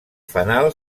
fanal